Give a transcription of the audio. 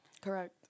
Correct